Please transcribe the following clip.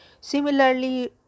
Similarly